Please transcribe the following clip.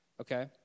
okay